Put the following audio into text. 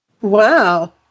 wow